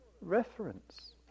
reference